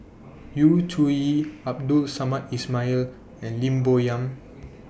Yu Zhuye Abdul Samad Ismail and Lim Bo Yam